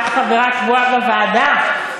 את חברה קבועה בוועדה,